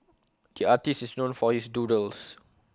the artist is known for his doodles